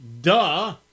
duh